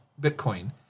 Bitcoin